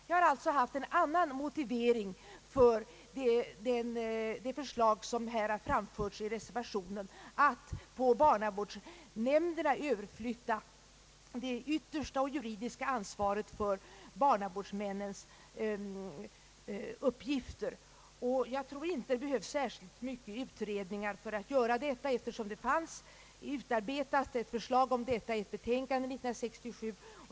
Jag har alltså haft en annan motivering för det förslag som här har framförts i reservationen, nämligen att på barnavårdsnämnderna överflytta det yttersta och juridiska ansvaret för barnavårdsmännens uppgifter. Jag tror inte särskilt många utredningar behövs för att genomföra detta, eftersom ett förslag härom fanns utarbetat i ett betänkande 1967.